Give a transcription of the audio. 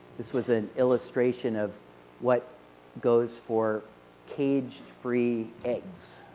this was an illustration of what goes for cage free eggs.